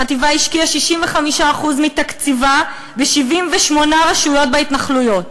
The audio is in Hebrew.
החטיבה השקיעה 65% מתקציבה ב-78 רשויות בהתנחלויות